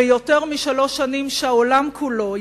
ויותר משלוש שנים שהעולם כולו,